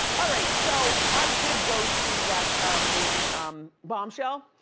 ah right, so i did go see that movie um bombshell.